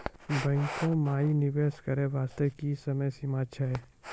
बैंको माई निवेश करे बास्ते की समय सीमा छै?